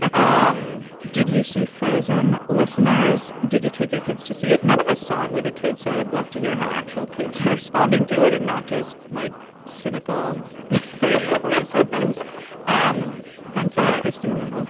um did you see frozen listeners? did you take your kids to see it? none of us saw it with the kids. so i would love to hear how actual kids are responding to it and not just like cynical thirty and forty somethings um thanks christina,